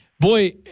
Boy